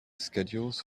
schedules